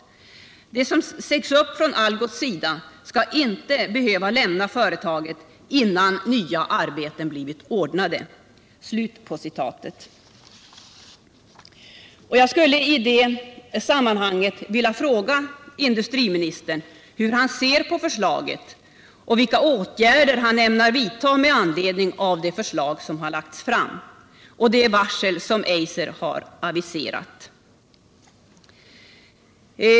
De som sägs upp från Algots ska inte behöva lämna företaget innan nya arbeten är ordnade.” Jag vill fråga industriministern hur han ser på förslaget och vilka åtgärder han ämnar vidta med anledning av det varsel Eiser har aviserat.